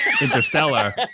Interstellar